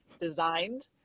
designed